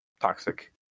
Toxic